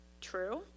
true